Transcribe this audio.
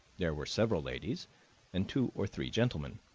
there were several ladies and two or three gentlemen,